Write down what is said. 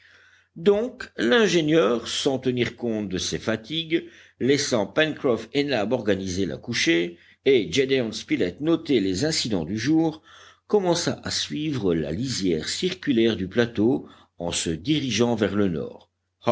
donc l'ingénieur sans tenir compte de ses fatigues laissant pencroff et nab organiser la couchée et gédéon spilett noter les incidents du jour commença à suivre la lisière circulaire du plateau en se dirigeant vers le nord